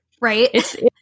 Right